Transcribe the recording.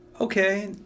Okay